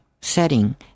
setting